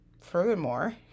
furthermore